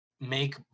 make